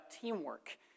teamwork